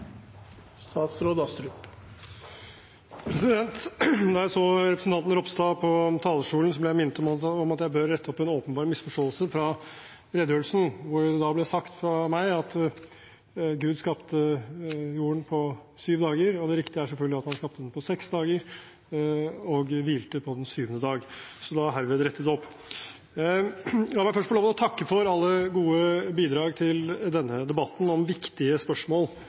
Da jeg så representanten Ropstad på talerstolen, ble jeg minnet om at jeg bør rette opp en åpenbar misforståelse fra redegjørelsen, hvor det ble sagt av meg at Gud skapte jorden på syv dager. Det riktige er selvfølgelig at han skapte den på seks dager og hvilte på den syvende dag. Da er det herved rettet opp. La meg først få lov til å takke for alle gode bidrag til denne debatten om viktige spørsmål